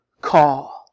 call